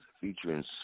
featuring